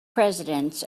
presidents